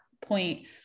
point